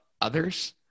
others